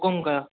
हुक़ुम कयो